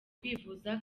kwivuza